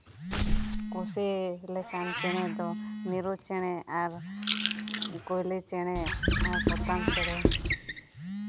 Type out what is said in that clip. ᱠᱩᱥᱤ ᱞᱮᱠᱟᱱ ᱪᱮᱬᱮ ᱫᱚ ᱢᱤᱨᱩ ᱪᱮᱬᱮ ᱟᱨ ᱠᱚᱭᱞᱤ ᱪᱮᱬᱮ ᱟᱨ ᱯᱚᱛᱟᱢ ᱪᱮᱬᱮ